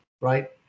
right